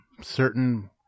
Certain